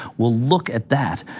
will look at that.